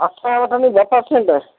असांजो त न